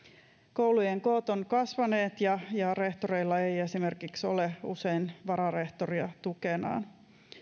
koulujen koot ovat kasvaneet ja ja rehtoreilla ei esimerkiksi ole usein vararehtoria tukenaan